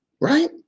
Right